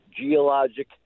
geologic